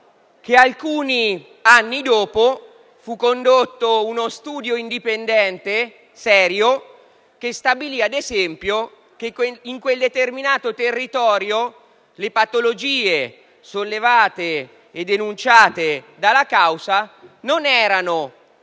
che alcuni anni dopo fu condotto uno studio indipendente e serio, che stabilì, ad esempio, che in quel determinato territorio il numero delle patologie denunciate dalla causa non era